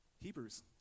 Hebrews